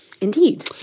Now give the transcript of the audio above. Indeed